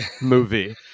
movie